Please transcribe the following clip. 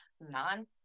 non